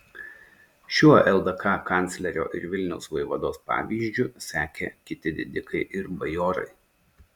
šiuo ldk kanclerio ir vilniaus vaivados pavyzdžiu sekė kiti didikai ir bajorai